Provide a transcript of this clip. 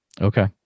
okay